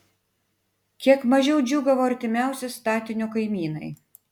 kiek mažiau džiūgavo artimiausi statinio kaimynai